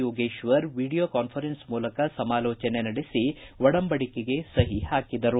Yogeshwara video conference ಮೂಲಕ ಸಮಾಲೋಜನೆ ನಡೆಸಿ ಒಡಂಬಡಿಕೆಗೆ ಸಹಿ ಪಾಕಿದರು